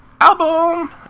album